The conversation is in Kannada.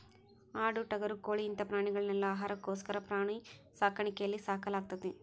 ಆಡು ಟಗರು ಕೋಳಿ ಇಂತ ಪ್ರಾಣಿಗಳನೆಲ್ಲ ಆಹಾರಕ್ಕೋಸ್ಕರ ಪ್ರಾಣಿ ಸಾಕಾಣಿಕೆಯಲ್ಲಿ ಸಾಕಲಾಗ್ತೇತಿ